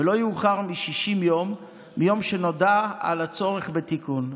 ולא יאוחר מ-60 יום מיום שנודע על הצורך בתיקון.